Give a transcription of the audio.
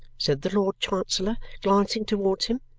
said the lord chancellor, glancing towards him.